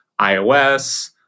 iOS